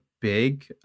big